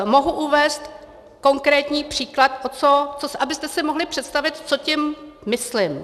Mohu uvést konkrétní příklad, abyste si mohli představit, co tím myslím.